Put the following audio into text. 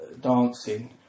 dancing